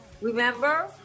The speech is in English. Remember